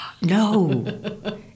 No